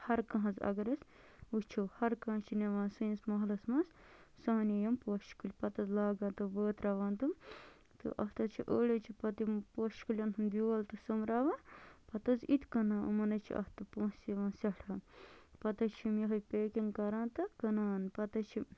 ہر کانٛہہ حظ اَگر أسۍ وٕچھو ہر کانٛہہ چھِ نِوان سٲنِس محلَس منٛز سانہِ یِم پوشہٕ کُلۍ پتہٕ حظ لاگان تہٕ بٲتراوان تِم تہٕ اَتھ حظ چھِ أڑۍ حظ چھِ پتہٕ یِم پوشہٕ کُلٮ۪ن ہُنٛد بیول تہِ سوٚمبراوان پتہٕ حظ یِتہِ کٕنان یِمَن حظ چھِ اَتھ تہِ پونٛسہٕ یِوان سٮ۪ٹھاہ پتہٕ حظ چھِ یِم یِہوٚے پٮ۪کِنٛگ کران تہٕ کٕنان پتہٕ حظ چھِ